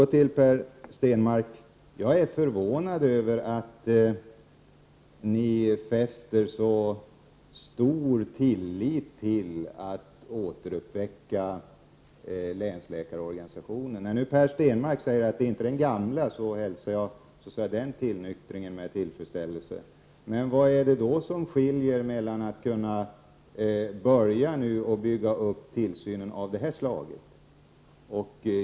Till Per Stenmarck vill jag säga att jag är förvånad över att ni moderater hyser så stor tilltro till att återuppväcka länsläkarorganisationen. När Per Stenmarck säger att det inte är fråga om den gamla organisationen, hälsar jag denna tillnyktring med tillfredsställelse. Vad är det då för skillnad med att bygga upp en tillsyn av det här slaget?